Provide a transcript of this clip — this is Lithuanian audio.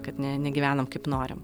kad ne negyvenom kaip norim